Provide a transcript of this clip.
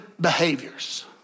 behaviors